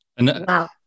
Wow